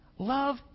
Love